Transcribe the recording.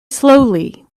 slowly